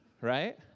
right